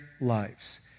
lives